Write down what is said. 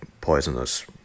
poisonous